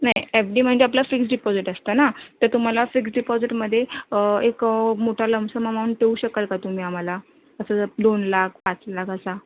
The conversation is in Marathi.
नाही एफ डी म्हणजे आपलं फिक्स्ड डिपॉझिट असतं ना तर तुम्हाला फिक्स्ड डिपॉझिटमध्ये एक मोठा लंपसम अमाऊंट देऊ शकाल का तुम्ही आम्हाला असं जर दोन लाख पाच लाख असा